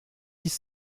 dix